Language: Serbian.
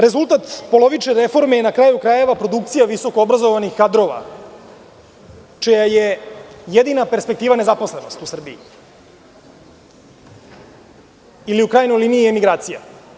Rezultat polovične reforme je, na kraju krajeva, produkcija visokoobrazovanih kadrova čija je jedina perspektiva nezaposlenost u Srbiji ili u krajnjoj liniji emigracija.